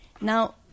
Now